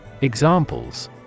Examples